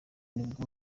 nibwo